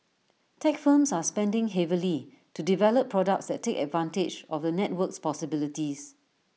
tech firms are spending heavily to develop products that take advantage of the network's possibilities